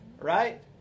right